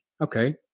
Okay